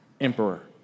emperor